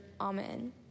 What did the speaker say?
amen